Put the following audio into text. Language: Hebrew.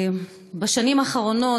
בשנים האחרונות,